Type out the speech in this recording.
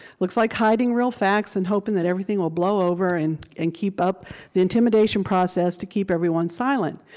looks like hiding real facts and hoping that everything will blow over and and keep up the intimidation process to keep everyone silent.